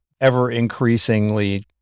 ever-increasingly